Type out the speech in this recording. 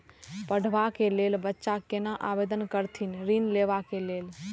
पढ़वा कै लैल बच्चा कैना आवेदन करथिन ऋण लेवा के लेल?